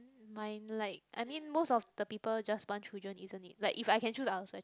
mind like I mean most of the people just want children isn't it like if I can choose I will